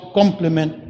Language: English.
complement